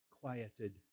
quieted